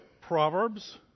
Proverbs